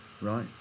right